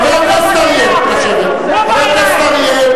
חבר הכנסת אריאל, חבר הכנסת אריאל.